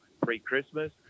pre-Christmas